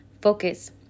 Focus